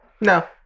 No